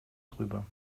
drüber